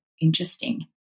interesting